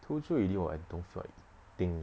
told you already [what] I don't feel like eating